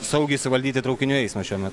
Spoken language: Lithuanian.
saugiai suvaldyti traukinių eismą šiuo me